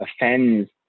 offends